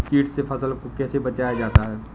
कीट से फसल को कैसे बचाया जाता हैं?